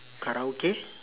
karaoke